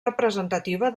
representativa